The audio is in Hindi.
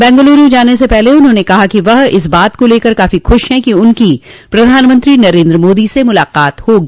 बंगलूरू जाने से पहले उन्होंने कहा कि वह इस बात को लेकर काफी खुश है कि उनकी प्रधानमंत्री नरेन्द्र मोदी से मुलाकात होगी